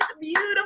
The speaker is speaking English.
beautiful